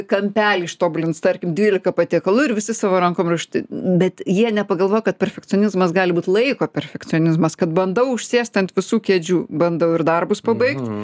kampelį ištobulins tarkim dvylika patiekalų ir visi savo rankom ruošti bet jie nepagalvoja kad perfekcionizmas gali būt laiko perfekcionizmas kad bandau užsėst ant visų kėdžių bandau ir darbus pabaigt